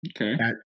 Okay